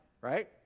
right